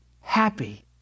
happy